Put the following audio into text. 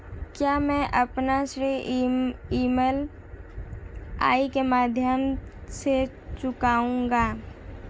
क्या मैं अपना ऋण ई.एम.आई के माध्यम से चुकाऊंगा?